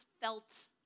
felt